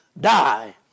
die